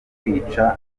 kwica